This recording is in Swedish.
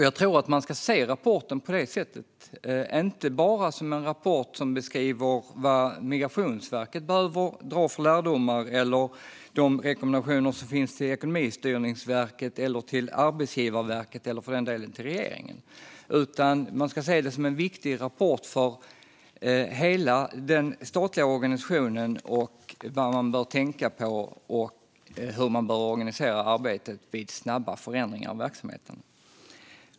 Jag tror att man ska se rapporten på det sättet och inte bara som en rapport som beskriver vilka lärdomar Migrationsverket behöver dra eller de rekommendationer som finns till Ekonomistyrningsverket, Arbetsgivarverket eller för den delen regeringen. Man ska se det som en viktig rapport för hela den statliga organisationen om vad man bör tänka på och hur man bör organisera arbetet vid snabba förändringar i verksamheten.